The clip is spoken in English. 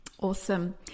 Awesome